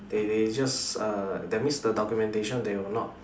they they just uh that means the documentation they will not